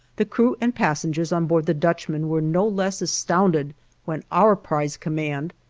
the crew and passengers on board the dutchman were no less astounded when our prize command,